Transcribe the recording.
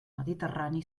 mediterrani